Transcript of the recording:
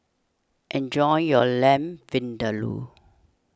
enjoy your Lamb Vindaloo